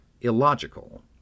illogical